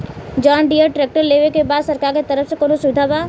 John Deere tractor लेवे के बा सरकार के तरफ से कौनो सुविधा बा?